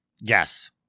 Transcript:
Yes